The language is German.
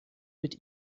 mit